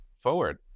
forward